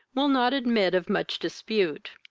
will not admit of much dispute.